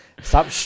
Stop